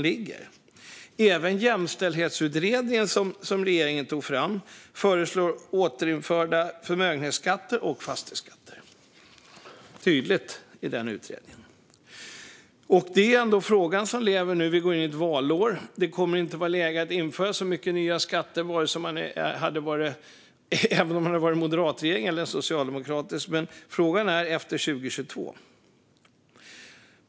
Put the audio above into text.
Även den jämställdhetsutredning som regeringen tog fram föreslår att förmögenhetsskatten och fastighetsskatten ska återinföras. Detta är tydligt i utredningen. Det är en fråga som lever nu när vi går in i ett valår. Det kommer inte att vara läge att införa så många nya skatter, vare sig det är en moderat eller en socialdemokratisk regering, men frågan gäller efter 2022.